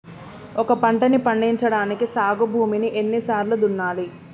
ఒక పంటని పండించడానికి సాగు భూమిని ఎన్ని సార్లు దున్నాలి?